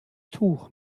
tuch